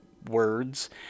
words